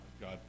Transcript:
God